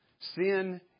Sin